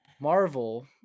marvel